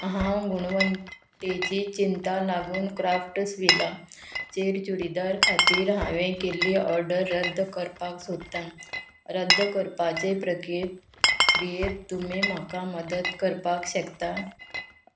हांव गुणवंतची चिंता लागून क्राफ्टसविलाचेर चुडीदार खातीर हांवें केल्ली ऑर्डर रद्द करपाक सोदतां रद्द करपाचे प्रक्रियेंत तुमी म्हाका मदत करपाक शकता